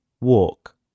Walk